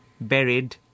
buried